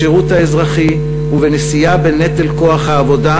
בשירות האזרחי ובנשיאה בנטל כוח העבודה,